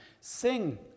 sing